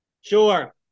Sure